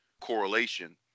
correlation